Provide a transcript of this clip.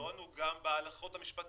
והפתרון הוא גם בהלכות המשפטיות.